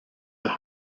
that